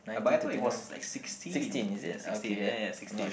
uh but I thought it was like sixteen ya sixteen ya ya sixteen